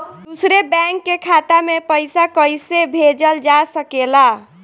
दूसरे बैंक के खाता में पइसा कइसे भेजल जा सके ला?